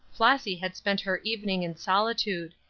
flossy had spent her evening in solitude.